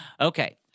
Okay